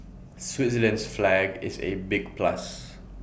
Switzerland's flag is A big plus